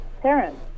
parents